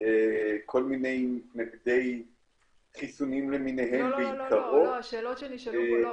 מכיוון שהוא לא נכנס לגרעין הסיכוי שלו לעבור